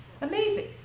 Amazing